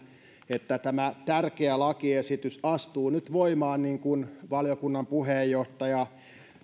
että tämä tärkeä lakiesitys astuu voimaan niin kuin valiokunnan puheenjohtaja